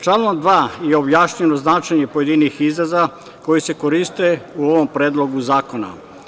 Članom 2. je objašnjeno značenje pojedinih izraza koji se koriste u ovom predlogu zakona.